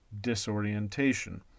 disorientation